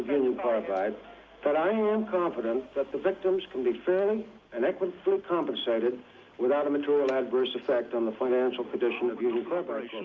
union carbide that i'm i'm confident that the victims can be fairly and equitably compensated without a material adverse effect on the financial condition of union carbide